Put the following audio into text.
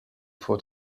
for